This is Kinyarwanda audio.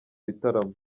bitaramo